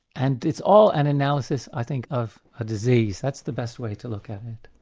and it's all an analysis i think, of a disease. that's the best way to look at it.